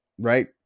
Right